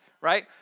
right